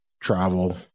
travel